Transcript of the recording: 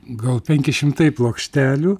gal penki šimtai plokštelių